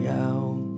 out